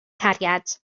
cariad